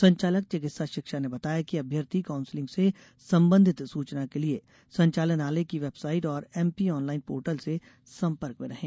संचालक चिकित्सा शिक्षा ने बताया है कि अभ्यर्थी काउंसलिंग से संबंधित सूचना के लिये संचालनालय की वेबसाइट और एमपी ऑनलाइन पोर्टल के सम्पर्क में रहें